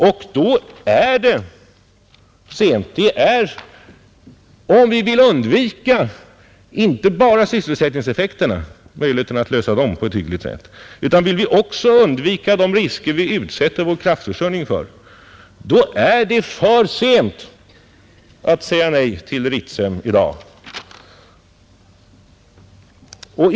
Om vi vill tillvarata möjligheterna att lösa sysselsättningsfrågan för den arbetskraft som direkt berörs på ett hyggligt sätt och undvika de risker vi utsätter vår kraftförsörjning för, då är det för sent att säga nej till Ritsem i dag.